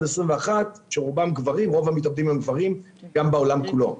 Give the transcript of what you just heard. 21-18. רוב המתאבדים הם גברים, גם בעולם כולו.